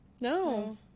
No